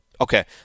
Okay